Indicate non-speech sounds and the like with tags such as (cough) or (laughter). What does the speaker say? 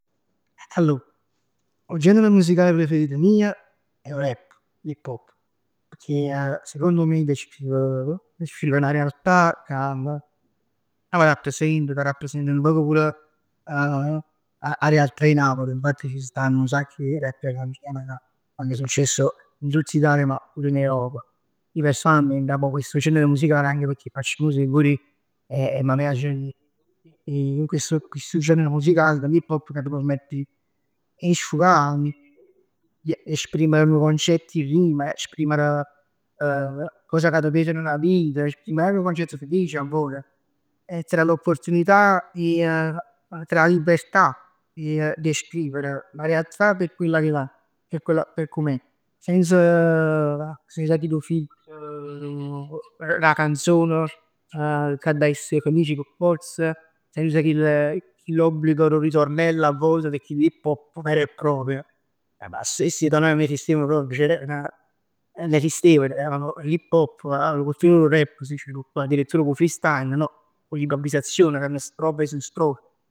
Allor 'o genere musicale preferito mij è 'o rap, l'hip hop. Pecchè secondo me descrive, descrive 'na realtà ca m' rappresenta, ca rappresenta nu poc pur (hesitation) 'a realtà 'e Napl infatti ci stanno nu sacc 'e rapper che hanno successo in tutta Italia, ma pur in Europa. Ij personalmente amo stu genere musicale pecchè facc musica pur ij e m' piac 'e 'e questo questo genere musicale dell'hip hop ca t' permett 'e sfugà. 'E esprimere nu concetto in rima, esprimere 'e cos ca t' pesan d' 'a vita. Esprimere anche nu concett felice 'a vot. E t' rà l'opportunità 'e t dà 'a libertà, 'e di esprimere, la realtà per quella che è (hesitation) per com'è. Senza che cu nun feat, 'na canzon che adda esser, p' forz chill obbligo d' 'o ritornello a vote. Pecchè l'hip hop vero e proprio. Chist nun esistevano proprio, (hesitation) nun esistevano, era l'hip hop a filo cu 'o rap si sviluppa addirittura cu 'o freestyle no? Cu l'iprovvisazione, strofe su strofe.